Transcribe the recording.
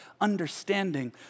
understanding